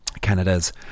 canada's